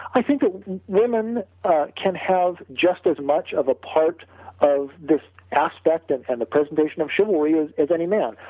i think the ah women can have just as much of a part of this aspect and and the presentation of chivalry as any man,